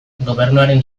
gobernuaren